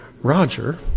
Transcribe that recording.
Roger